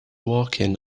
walking